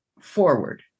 forward